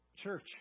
Church